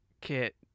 kit